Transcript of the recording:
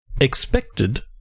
Expected